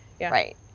right